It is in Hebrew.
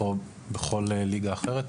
בליגת העל או בכל ליגה אחרת?